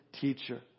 teacher